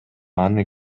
аны